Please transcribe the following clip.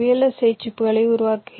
ஐ சிப்புகளை உருவாக்குகிறார்கள்